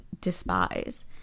despise